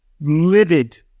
livid